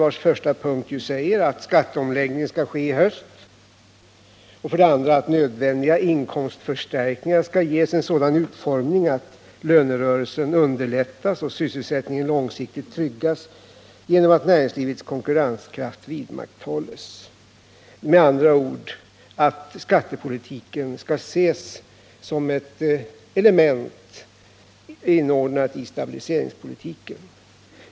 Där sägs i den första punkten att erforderliga skatteomläggningar skall ske i höst och i den andra punkten att nödvändiga inkomstförstärkningar skall ges en sådan utformning att lönerörelsen underlättas och sysselsättningen långsiktigt tryggas genom att näringslivets konkurrenskraft vidmakthålls — med andra ord att skattepolitiken skall ses som ett element inordnat i stabiliseringspolitiken.